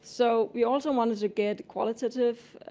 so we also wanted to get qualitative